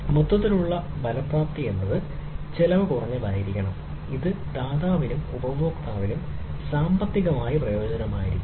മൊത്തത്തിലുള്ള ചെലവ് ഫലപ്രാപ്തി എന്നത് ചെലവ് കുറഞ്ഞതായിരിക്കണം ഇത് ദാതാവിനും ഉപഭോക്താവിനും സാമ്പത്തികമായി പ്രയോജനകരമായിരിക്കണം